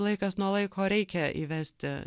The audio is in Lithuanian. laikas nuo laiko reikia įvesti